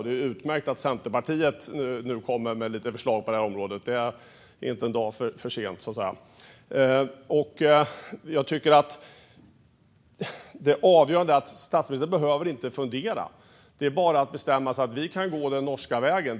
Det är utmärkt att Centerpartiet nu kommer med lite förslag på detta område; det är inte en dag för tidigt, så att säga. Det avgörande är att statsministern inte behöver fundera. Det är bara att bestämma sig för att vi kan gå den norska vägen.